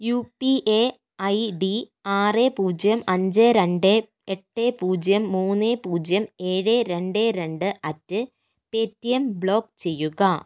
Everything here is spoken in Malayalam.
U P A I D ആറ് പൂജ്യം അഞ്ച് രണ്ട് എട്ട് പൂജ്യം മൂന്ന് പൂജ്യം ഏഴ് രണ്ട് രണ്ട് അറ്റ് പേടിഎം ബ്ലോക്ക് ചെയ്യുക